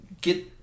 get